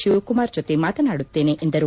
ಶಿವಕುಮಾರ್ ಜೊತೆ ಮಾತನಾಡುತ್ತೇನೆ ಎಂದರು